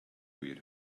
hwyr